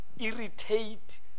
irritate